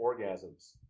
orgasms